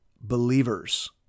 believers